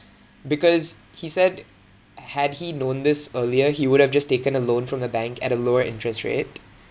because he said had he known this earlier he would have just taken a loan from the bank at a lower interest rate